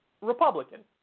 Republican